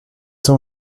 son